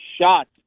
shot